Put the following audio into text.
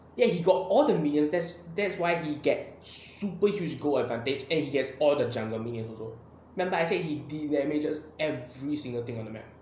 ya he's got all the minions that's that's why he get super huge go advantage and he gets all the jungle minions also remember I said the damages every single thing on the map